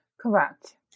Correct